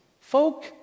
Folk